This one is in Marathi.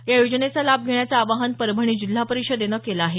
या योजनेचा लाभ घेण्याचं आवाहन परभणी जिल्हा परिषदेनं केलं आहे